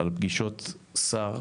על פגישות שר